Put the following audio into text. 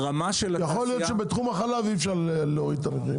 יכול להיות נגלה שבתחום החלב אי אפשר להוריד את המחירים.